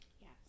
Yes